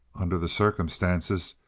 under the circumstances,